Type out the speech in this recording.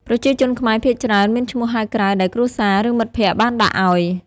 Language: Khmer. ប្រជាជនខ្មែរភាគច្រើនមានឈ្មោះហៅក្រៅដែលគ្រួសារ ឬមិត្តភក្តិបានដាក់ឲ្យ។